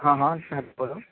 હા હા સાહેબ બોલો